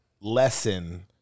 lesson